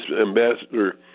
ambassador